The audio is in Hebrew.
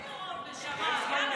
עודד, אין רוב, נשמה.